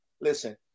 listen